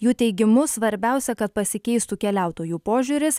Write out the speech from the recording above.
jų teigimu svarbiausia kad pasikeistų keliautojų požiūris